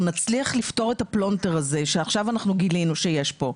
אנחנו נצליח לפתור את הפלונטר הזה שעכשיו אנחנו גילינו שיש פה.